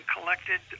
collected